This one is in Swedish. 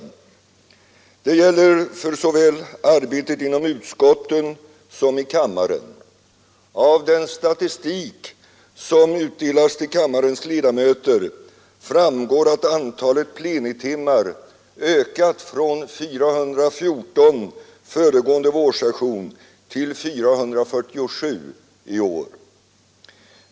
Det gäller för arbetet såväl inom utskotten som i kammaren. Av den statistik som utdelats till kammarens ledamöter framgår att antalet plenitimmar ökat från 414 föregående vårsession till 447 i år.